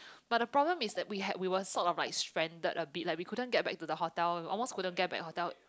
but the problem is that we had we were sort of like stranded a bit like we couldn't get back to the hotel we almost couldn't get back hotel